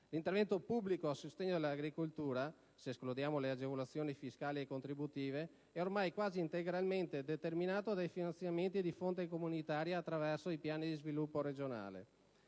L'intervento pubblico a sostegno dell'agricoltura, se escludiamo le agevolazioni fiscali e contributive, è oramai quasi integralmente determinato dai finanziamenti di fonte comunitaria attraverso i piani di sviluppo regionali.